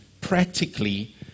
practically